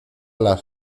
las